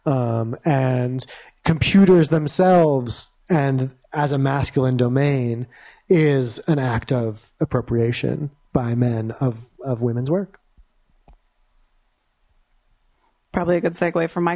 and computers themselves and as a masculine domain is an act of appropriation by men of of women's work probably a good segue from my